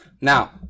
Now